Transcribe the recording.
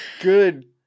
good